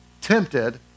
tempted